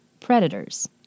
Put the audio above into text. Predators